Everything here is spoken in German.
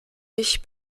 ich